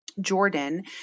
Jordan